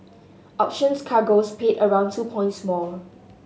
options cargoes paid around two points more